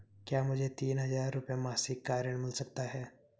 क्या मुझे तीन हज़ार रूपये मासिक का ऋण मिल सकता है?